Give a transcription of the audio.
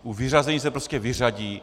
U vyřazení se prostě vyřadí.